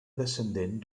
descendent